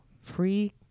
free